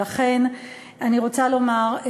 ולכן אני רוצה לומר,